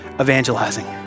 evangelizing